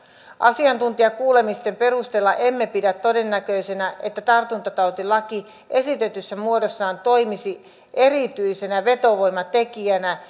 asiantuntijakuulemisten perusteella emme pidä todennäköisenä että tartuntatautilaki esitetyssä muodossaan toimisi erityisenä vetovoimatekijänä